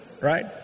Right